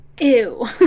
Ew